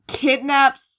kidnaps